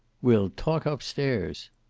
we'll talk up-stairs.